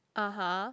(uh huh)